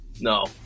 No